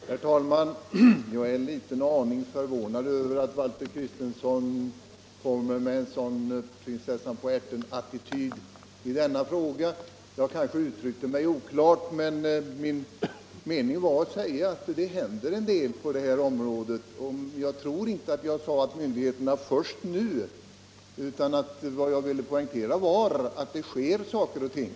Herr talman! Jag är en aning förvånad över att Valter Kristenson kommer med en sådan prinsessan-på-ärten-attityd i denna fråga. Jag kanske uttryckte mig oklart, men min mening var att säga att det händeren del på detta område. Jag tror inte jag sade att myndigheterna handlat ”först nu”, utan vad jag ville poängtera var att det faktiskt sker en del saker och ting.